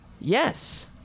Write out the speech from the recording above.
yes